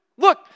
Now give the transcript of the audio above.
Look